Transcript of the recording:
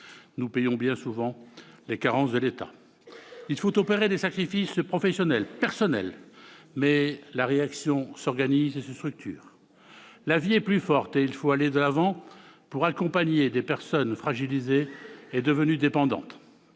Nous payons bien souvent les carences de l'État. Il faut opérer des sacrifices professionnels, personnels, mais la réaction s'organise et se structure. La vie est la plus forte, et il faut aller de l'avant pour accompagner des personnes fragilisées et devenues dépendantes.